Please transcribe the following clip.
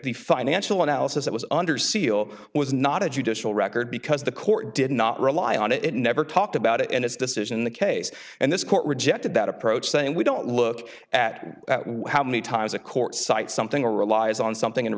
the financial analysis that was under seal was not a judicial record because the court did not rely on it never talked about it and its decision in the case and this court rejected that approach saying we don't look at how many times a court cite something relies on something